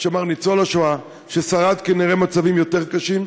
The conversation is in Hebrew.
ניצול השואה ששרד כנראה מצבים יותר קשים,